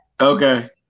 Okay